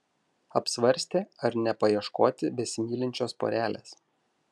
apsvarstė ar nepaieškoti besimylinčios porelės